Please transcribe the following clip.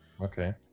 okay